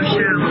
Show